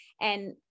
And-